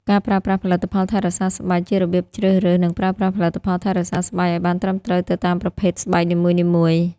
ការប្រើប្រាស់ផលិតផលថែរក្សាស្បែក ជារបៀបជ្រើសរើស និងប្រើប្រាស់ផលិតផលថែរក្សាស្បែកឱ្យបានត្រឹមត្រូវទៅតាមប្រភេទស្បែកនីមួយៗ។